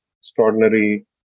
extraordinary